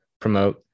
promote